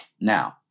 Now